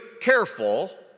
careful